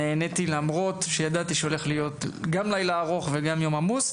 נעתרתי למרות שידעתי שהולך להיות גם לילה ארוך וגם יום עמוס.